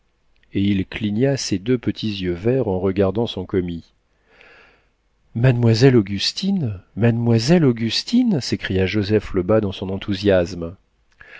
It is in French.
et il cligna ses deux petits yeux verts en regardant son commis mademoiselle augustine mademoiselle augustine s'écria joseph lebas dans son enthousiasme